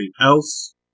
else